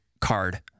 card